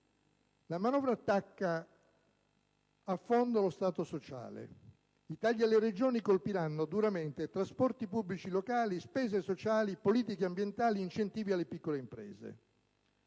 La manovra attacca a fondo lo Stato sociale; i tagli alle Regioni colpiranno duramente trasporti pubblici locali, spese sociali, politiche ambientali, incentivi alle piccole imprese.